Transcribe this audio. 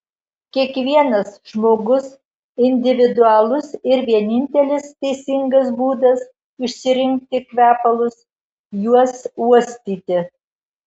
kiekvienas žmogus individualus ir vienintelis teisingas būdas išsirinkti kvepalus juos uostyti